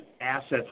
assets